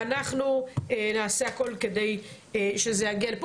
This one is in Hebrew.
ואנחנו נעשה הכל כדי שזה יגיע לפה.